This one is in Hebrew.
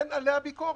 אין עליה ביקורת.